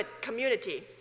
community